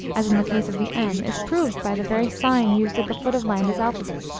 as in the case of the m, is proved by the very sign used at the foot of landa's alphabet,